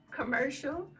commercial